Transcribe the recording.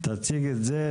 תציג את זה.